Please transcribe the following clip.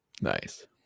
Nice